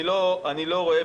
ההתנהלות,